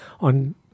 on